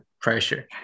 pressure